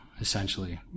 essentially